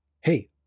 hey